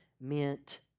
meant